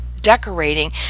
decorating